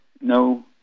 no